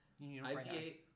IPA